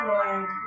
Lord